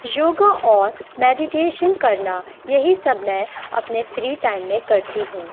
یوگا اور میڈیٹیشن کرنا یہی سب میں اپنے فری ٹائم میں کرتی ہوں